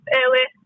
early